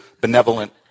benevolent